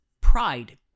Pride